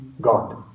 God